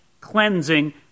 cleansing